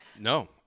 No